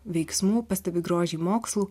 veiksmų pastebi grožį mokslų